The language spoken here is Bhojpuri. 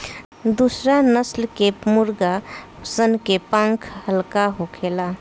दुसरा नस्ल के मुर्गा सन के पांख हल्का होखेला